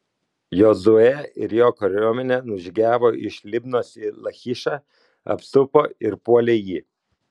jozuė ir jo kariuomenė nužygiavo iš libnos į lachišą apsupo ir puolė jį